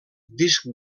disc